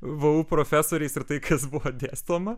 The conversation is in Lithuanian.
vu profesoriais ir tai kas buvo dėstoma